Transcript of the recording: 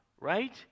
right